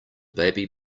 baby